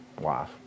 wife